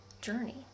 journey